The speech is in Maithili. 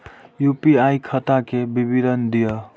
यू.पी.आई खाता के विवरण दिअ?